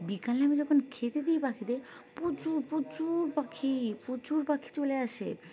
বিকালে আমি যখন খেতে দিই পাখিদের প্রচুর প্রচুর পাখি প্রচুর পাখি চলে আসে